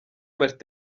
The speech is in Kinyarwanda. martin